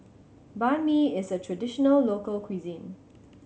Banh Mi is a traditional local cuisine